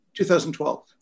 2012